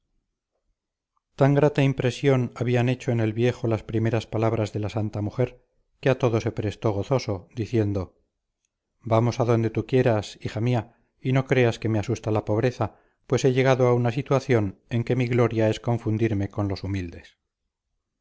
tan grata impresión habían hecho en el viejo las primeras palabras de la santa mujer que a todo se prestó gozoso diciendo vamos a donde tú quieras hija mía y no creas que me asusta la pobreza pues he llegado a una situación en que mi gloria es confundirme con los humildes